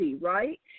right